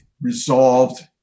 Resolved